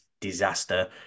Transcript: disaster